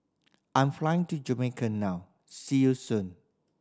I'm flying to Jamaica now see you soon